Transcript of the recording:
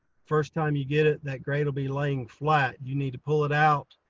first time you get it that grate will be laying flat, you need to pull it out.